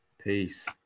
Peace